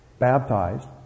baptized